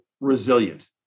resilient